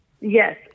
Yes